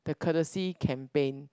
the courtesy campaign